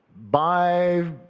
by